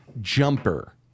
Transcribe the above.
Jumper